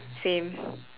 same